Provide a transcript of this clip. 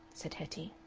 said hetty.